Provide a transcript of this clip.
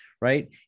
right